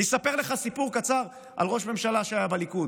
אני אספר לך סיפור קצר על ראש ממשלה מהליכוד,